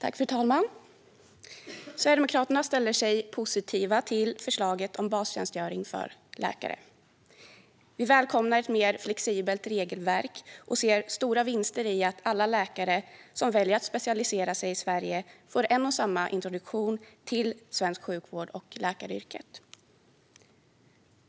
Fru talman! Sverigedemokraterna ställer sig positiva till förslaget om bastjänstgöring för läkare. Vi välkomnar ett mer flexibelt regelverk och ser stora vinster i att alla läkare som väljer att specialisera sig i Sverige får en och samma introduktion till svensk sjukvård och läkaryrket.